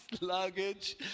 luggage